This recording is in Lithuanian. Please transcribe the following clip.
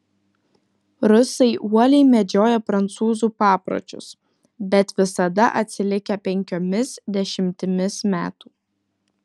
rusai uoliai mėgdžioja prancūzų papročius bet visada atsilikę penkiomis dešimtimis metų